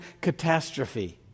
catastrophe